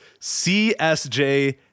CSJ